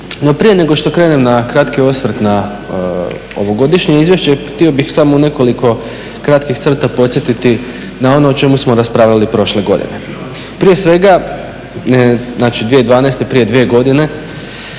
prije nego što krenem na kratki osvrt na ovogodišnje izvješće, htio bih samo u nekoliko kratkih crta podsjetiti na ono o čemu smo raspravljali prošle godine. Prije svega znači 2012.prije 2 godine